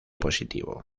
positivo